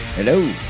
Hello